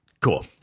cool